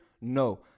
no